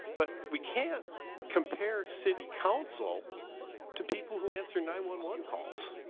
but we can't compare city counsel to people who answered nine one one calls.